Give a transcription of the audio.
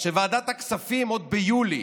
שוועדת הכספים עוד ביולי